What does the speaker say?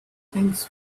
things